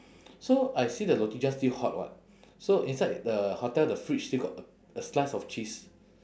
so I see the roti john still hot [what] so inside the hotel the fridge still got a a slice of cheese